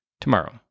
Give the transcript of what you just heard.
tomorrow